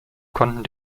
konnten